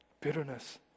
bitterness